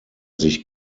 sich